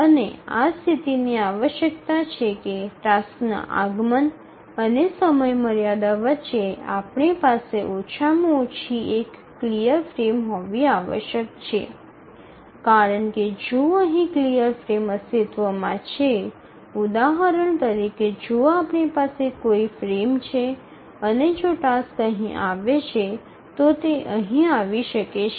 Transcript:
અને આ સ્થિતિની આવશ્યકતા છે કે ટાસ્કના આગમન અને સમયમર્યાદા વચ્ચે આપણી પાસે ઓછામાં ઓછી એક ક્લિયર ફ્રેમ હોવી આવશ્યક છે કારણ કે જો અહીં ક્લિયર ફ્રેમ અસ્તિત્વમાં છે ઉદાહરણ તરીકે જો આપણી પાસે કોઈ ફ્રેમ છે અને જો ટાસ્ક અહીં આવે છે તો તે અહીં આવી શકે છે